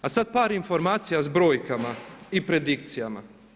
A sada par informacija s brojkama i predikcijama.